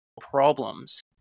problems